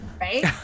Right